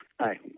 Hi